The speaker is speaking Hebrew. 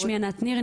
שמי ענת ניר,